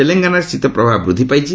ତେଲଙ୍ଗାନାରେ ଶୀତପ୍ରବାହ ବୃଦ୍ଧି ପାଇଛି